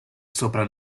sopra